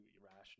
irrational